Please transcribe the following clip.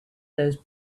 those